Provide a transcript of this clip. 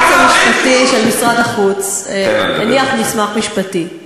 ועדת הפנים,